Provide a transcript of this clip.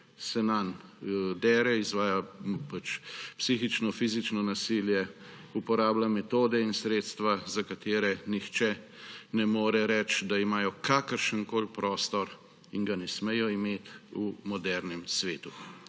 se nanj dere, izvaja psihično, fizično nasilje, uporablja metode in sredstva, za katere nihče ne more reči, da imajo kakršenkoli prostor – in ga ne smejo imeti – v modernem svetu.